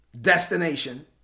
destination